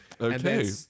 okay